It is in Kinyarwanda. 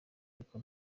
ariko